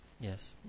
Yes